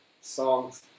songs